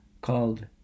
called